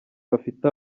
bafite